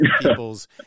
people's